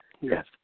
Yes